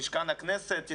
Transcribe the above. במשכן הכנסת.